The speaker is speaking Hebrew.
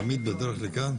עמית בדרך לכאן?